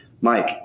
Mike